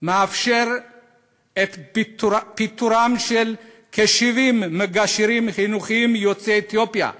מאפשר את פיטוריהם של כ-70 מגשרים חינוכיים יוצאי אתיופיה,